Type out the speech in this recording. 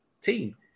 team